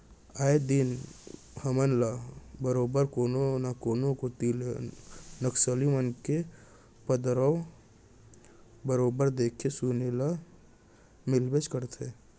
आए दिन हमन ल बरोबर कोनो न कोनो कोती ले नक्सली मन के उपदरव बरोबर देखे सुने ल मिलबेच करथे